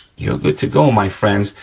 you're good to go, my friends.